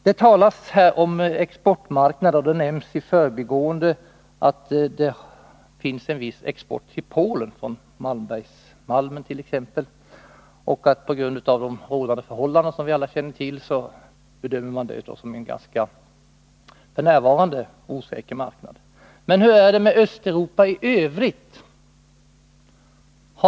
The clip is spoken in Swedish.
Det talas om en exportmarknad och nämns i förbigående att det finns en export till Polen av t.ex. malm från Malmberget och att man på grund av de rådande förhållandena, som vi alla känner till, f. n. bedömer det landet som en osäker marknad. Men hur är det med Östeuropa i övrigt?